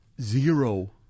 zero